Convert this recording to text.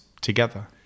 together